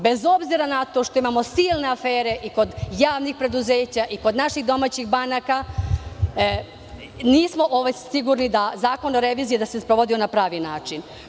Bez obzira na to što imamo silne afere i kod javnih preduzeća i kod naših domaćih banaka nismo sigurni da se Zakon o reviziji sprovodio na pravi način.